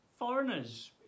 Foreigners